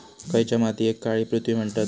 खयच्या मातीयेक काळी पृथ्वी म्हणतत?